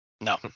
No